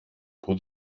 που